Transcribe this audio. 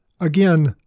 Again